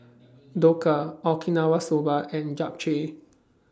Dhokla Okinawa Soba and Japchae